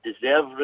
deserve